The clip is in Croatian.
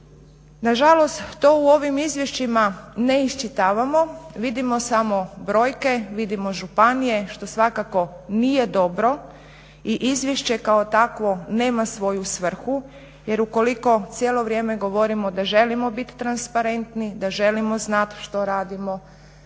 Na žalost to u ovim izvješćima ne iščitavamo, vidimo samo brojke, vidimo županije što svakako nije dobro i izvješće kao takvo nema svoju svrhu. Jer ukoliko cijelo vrijeme govorimo da želimo biti transparentni, da želimo znat što radimo,